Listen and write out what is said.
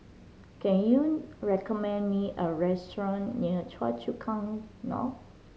can you recommend me a restaurant near Choa Chu Kang North